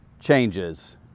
changes